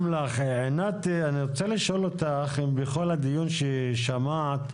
אני רוצה לשאול אותך אם בכל הדיון ששמעת,